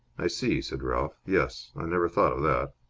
i see, said ralph. yes, i never thought of that.